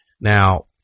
Now